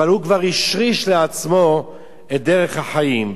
אבל הוא כבר השריש לעצמו את דרך החיים.